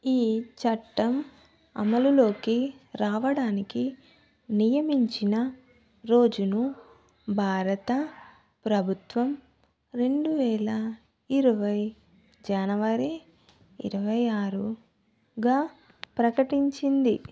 ఈ చట్టం అమలులోకి రావడానికి నియమించిన రోజును భారత ప్రభుత్వం రెండు వేల ఇరవై జనవరి ఇరవై ఆరుగా ప్రకటించింది